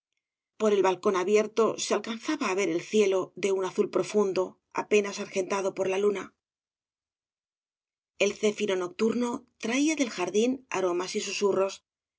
por el balcón abierto se alcanzaba á ver el cielo de un azul profundo apenas argentado por la luna el céfiro nocturno traía del jardín aromas y susurros